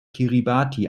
kiribati